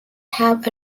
have